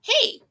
Hey